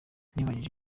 nibajije